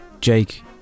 Jake